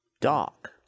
Dark